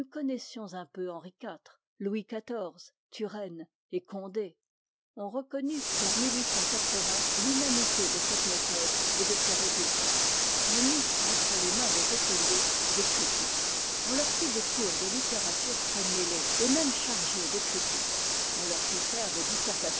un peu henri iv louis xiv turenne et condé on reconnut vers l'inanité de cette méthode et de ses résultats on mit entre les mains des écoliers des critiques on leur fit des cours de littérature très mêlés et même chargés de critique on leur fit faire des